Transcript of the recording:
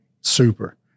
super